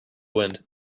wind